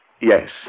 Yes